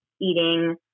eating